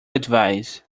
advise